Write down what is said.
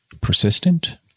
persistent